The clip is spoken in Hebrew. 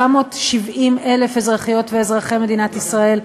770,000 אזרחיות ואזרחי מדינת ישראל,